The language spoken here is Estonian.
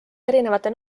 erinevate